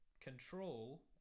Control